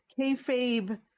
kayfabe